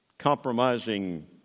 compromising